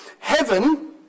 Heaven